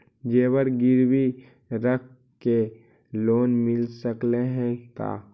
जेबर गिरबी रख के लोन मिल सकले हे का?